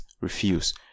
refuse